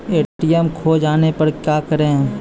ATM खोजे जाने पर क्या करें?